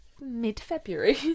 mid-February